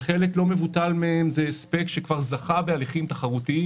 וחלק לא מבוטל מהם זה הספק שכבר זכה בהליכים תחרותיים,